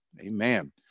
Amen